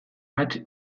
hats